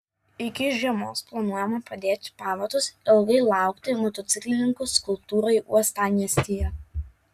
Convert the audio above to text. iki žiemos planuojama padėti pamatus ilgai lauktai motociklininkų skulptūrai uostamiestyje